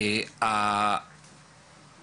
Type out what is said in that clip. אבל אין כזה.